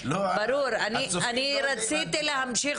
אני רציתי להמשיך,